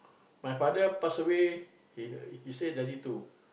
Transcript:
my father pass away he he still thirty two